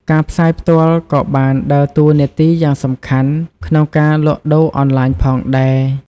ការផ្សាយផ្ទាល់ក៏បានដើរតួនាទីយ៉ាងសំខាន់ក្នុងការលក់ដូរអនឡាញផងដែរ។